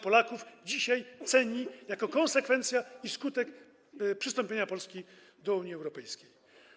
Polaków dzisiaj ceni jako konsekwencję i skutek przystąpienia Polski do Unii Europejskiej.